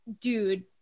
dude